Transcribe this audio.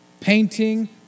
painting